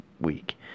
week